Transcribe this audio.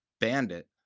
Bandit